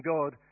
God